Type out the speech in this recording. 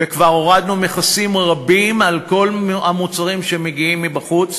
וכבר הורדנו מכסים רבים על כל המוצרים שמגיעים מבחוץ,